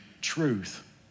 truth